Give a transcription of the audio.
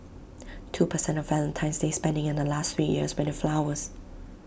two per cent of Valentine's day spending in the last three years went to flowers